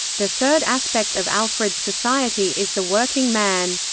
the third aspect of alfred's society is the working man.